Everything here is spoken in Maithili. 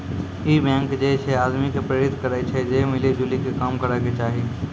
इ बैंक जे छे आदमी के प्रेरित करै छै जे मिली जुली के काम करै के चाहि